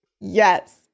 Yes